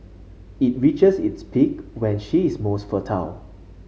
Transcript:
it reaches its peak when she is most fertile